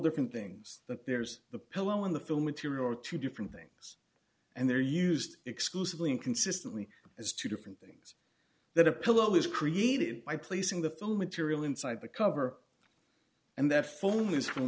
different things that there's the pillow in the film material are two different things and they're used exclusively and consistently as two different things that a pillow is created by placing the film material inside the cover and that